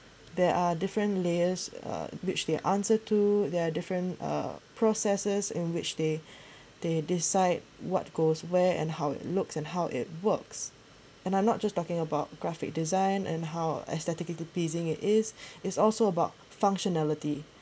there are different layers uh which they answer to their different uh processes and which they they decide what goes where and how it looks and how it works and I'm not just talking about graphic design and how aesthetically pleasing it is it's also about functionality